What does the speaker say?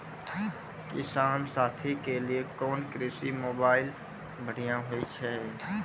किसान साथी के लिए कोन कृषि मोबाइल बढ़िया होय छै?